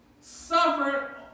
suffered